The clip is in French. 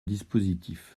dispositif